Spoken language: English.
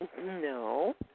No